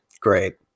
Great